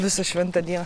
visą šventą dieną